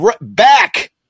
back